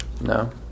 No